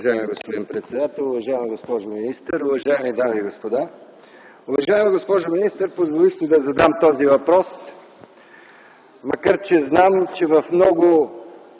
Уважаема госпожо министър, позволих си да задам този въпрос, макар че знам, че в много